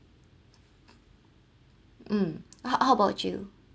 um how how about you